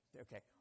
okay